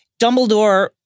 Dumbledore